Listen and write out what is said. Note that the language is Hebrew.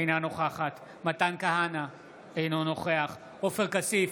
אינה נוכחת מתן כהנא, אינו נוכח עופר כסיף,